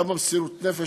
כמה מסירות נפש,